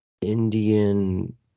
Indian